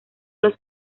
los